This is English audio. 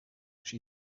she